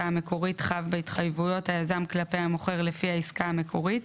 המקורית חב בהתחייבויות היזם כלפי המוכר לפי העסקה המקורית,